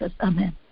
amen